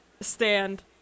stand